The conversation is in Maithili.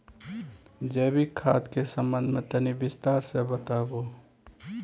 जैविक खाद के संबंध मे तनि विस्तार स बताबू?